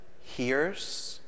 hears